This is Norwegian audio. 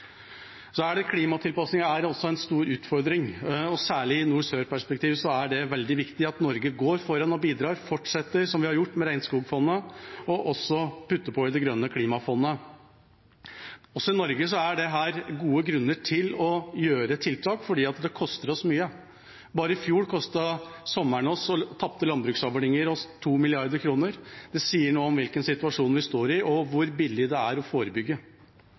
er også en stor utfordring, og særlig i nord–sør-perspektivet er det veldig viktig at Norge går foran og bidrar, at vi fortsetter som vi har gjort med regnskogfondet, og også putter på i det grønne klimafondet. Også i Norge er det gode grunner til å gjøre tiltak, for det koster oss mye. Bare i fjor kostet sommeren og tapte landbruksavlinger oss 2 mrd. kr. Det sier noe om hvilken situasjon vi står i, og hvor billig det er å forebygge.